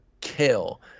kill